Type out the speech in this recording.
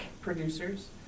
producers